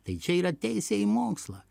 tai čia yra teisė į mokslą